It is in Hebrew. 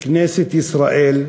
בכנסת ישראל.